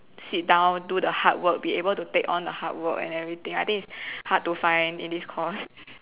sit down do the hard work be able to take on the hard work and everything I think is hard to find in this course